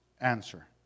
answer